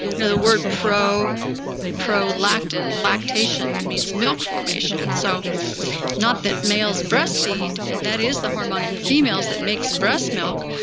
you know the word prolactin, lactation means milk formation. so not that males breast-feed, and that is the hormone in females that makes breast milk,